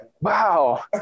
Wow